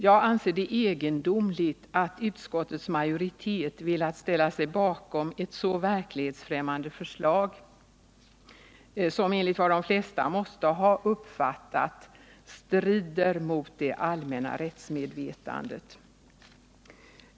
Jag anser det egendomligt att utskottets majoritet velat ställa sig bakom ett så verklighetsfrämmande förslag, som enligt vad de flesta måste ha uppfattat strider mot det allmänna rättsmedvetandet.